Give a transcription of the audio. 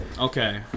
Okay